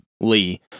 Lee